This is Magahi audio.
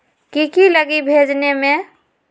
की की लगी भेजने में?